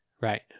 Right